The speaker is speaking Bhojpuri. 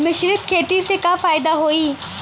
मिश्रित खेती से का फायदा होई?